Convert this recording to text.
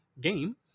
game